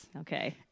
Okay